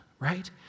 right